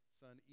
son